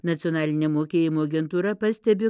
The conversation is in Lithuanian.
nacionalinė mokėjimų agentūra pastebi